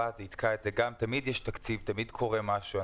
תמיד יש תקציב, תמיד קורה משהו.